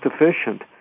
efficient